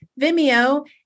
Vimeo